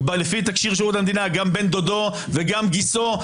לפי התקשי"ר גם בן דודו וגם גיסו,